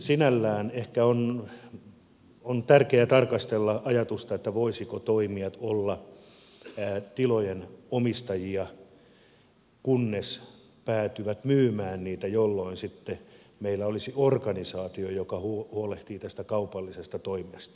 sinällään ehkä on tärkeää tarkastella ajatusta että voisivatko toimijat olla tilojen omistajia kunnes päätyvät myymään niitä jolloin sitten meillä olisi organisaatio joka huolehtii tästä kaupallisesta toimijasta